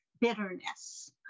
bitterness